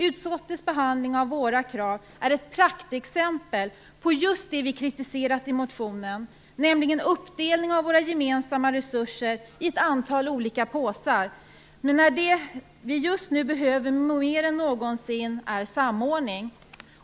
Utskottets behandling av våra krav är ett praktexempel på just det vi kritiserat i motionen, nämligen uppdelningen av våra gemensamma resurser i ett antal olika påsar, när det som vi just nu behöver mer än någonsin är samordning.